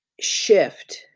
shift